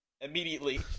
immediately